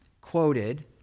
quoted